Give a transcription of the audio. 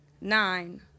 Nine